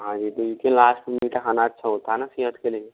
हाँ जी क्योंकि लास्ट में मीठा खाना अच्छा होता ना सेहत के लिए